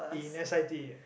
in s_i_t